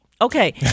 Okay